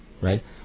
right